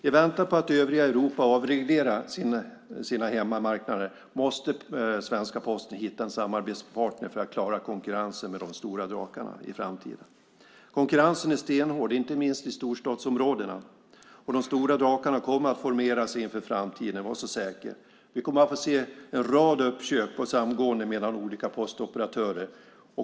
I väntan på att övriga Europa avreglerar sina hemmamarknader måste svenska Posten hitta en samarbetspartner för att klara konkurrensen med de stora drakarna i framtiden. Konkurrensen är stenhård inte minst i storstadsområdena. De stora drakarna kommer att formera sig inför framtiden - var så säker. Vi kommer att få en rad uppköp och samgåenden mellan olika postoperatörer.